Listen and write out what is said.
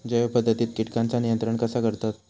जैव पध्दतीत किटकांचा नियंत्रण कसा करतत?